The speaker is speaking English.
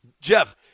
Jeff